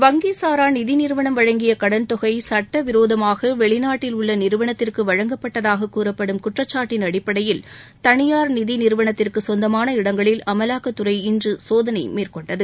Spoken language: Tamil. வங்கிசாரா நிதி நிறுவனம் வழங்கிய கடன் தொகை சட்டவிரோதமாக வெளிநாட்டில் உள்ள நிறுவனத்திற்கு சென்றதாக கூறப்படும் குற்றச்சாட்டின் அடிப்படையில் தனியார் நிதி நிறுவனத்திற்கு சொந்தமான இடங்களில் அமலாக்கத்துறை இன்று சோதனை மேற்கொண்டது